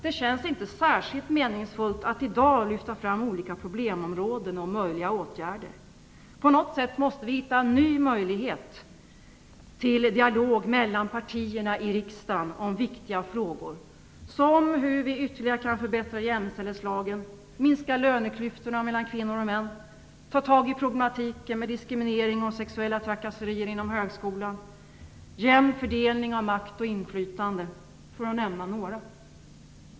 Det känns inte särskilt meningsfullt att i dag lyfta fram olika problemområden och möjliga åtgärder. På något sätt måste vi hitta en ny möjlighet till dialog mellan partierna i riksdagen om viktiga frågor, som hur vi ytterligare kan förbättra jämställdhetslagen, minska löneklyftorna mellan kvinnor och män, ta itu med prolemen med könsdiskriminering och sexuella trakasserier inom högskolan, jämn fördelning av makt och inflytande - för att nämna några.